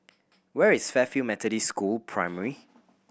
where is Fairfield Methodist School Primary